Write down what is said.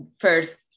first